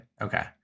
Okay